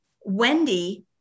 Wendy